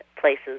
places